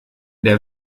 der